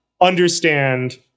understand